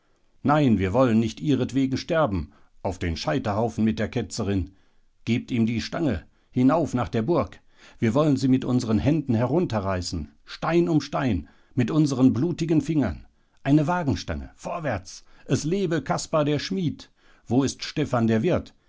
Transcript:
nein wir wollen nicht ihretwegen sterben auf den scheiterhaufen mit der ketzerin gebt ihm die stange hinauf nach der burg wir wollen sie mit unseren händen herunterreißen stein um stein mit unseren blutigen fingern eine wagenstange vorwärts es lebe kaspar der schmied wo ist stephan der wirt